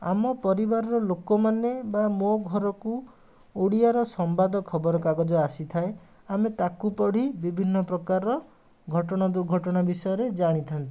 ଆମ ପରିବାରର ଲୋକମାନେ ବା ମୋ ଘରକୁ ଓଡ଼ିଆର ସମ୍ବାଦ ଖବରକାଗଜ ଆସିଥାଏ ଆମେ ତାକୁ ପଢ଼ି ବିଭିନ୍ନ ପ୍ରକାରର ଘଟଣା ଦୁର୍ଘଟଣା ବିଷୟରେ ଜାଣିଥାନ୍ତୁ